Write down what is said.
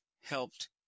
helped